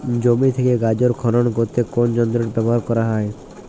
জমি থেকে গাজর খনন করতে কোন যন্ত্রটি ব্যবহার করা হয়?